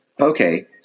Okay